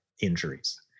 injuries